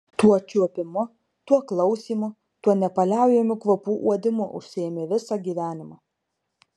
tuo čiuopimu tuo klausymu tuo nepaliaujamu kvapų uodimu užsiėmė visą gyvenimą